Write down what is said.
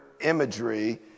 imagery